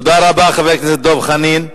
תודה רבה, חבר הכנסת דב חנין.